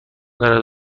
دارد